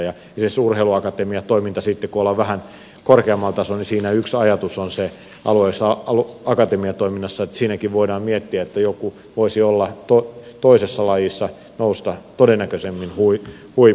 sitten kun ollaan vähän korkeammalla tasolla niin esimerkiksi urheiluakatemiatoiminnassa yksi ajatus on se että siinäkin voidaan miettiä että joku voisi toisessa lajissa nousta todennäköisemmin huipulle